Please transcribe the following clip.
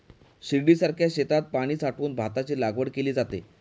शिर्डीसारख्या शेतात पाणी साठवून भाताची लागवड केली जाते